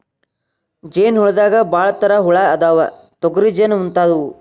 ಜೇನ ಹುಳದಾಗ ಭಾಳ ತರಾ ಹುಳಾ ಅದಾವ, ತೊಗರಿ ಜೇನ ಮುಂತಾದವು